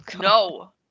No